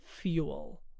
fuel